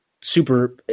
super